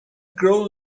grow